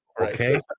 Okay